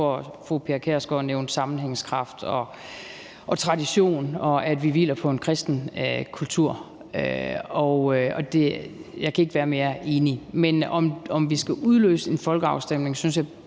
tror, fru Pia Kjærsgaard nævnte sammenhængskraft og tradition og det, at vi hviler på en kristen kultur. Og jeg kan ikke være mere enig. Men om vi skal udløse en folkeafstemning, synes jeg